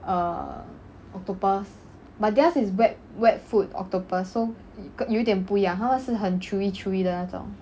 err octopus but their's is web~ webfoot octopus so 有点不一样他们是很 chewy chewy 的那种